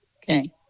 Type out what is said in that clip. okay